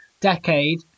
decade